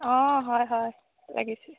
অঁ হয় হয় লাগিছে